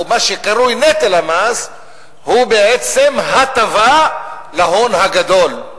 או מה שקרוי "נטל המס" היא בעצם הטבה להון הגדול,